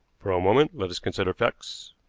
for a moment let us consider facts,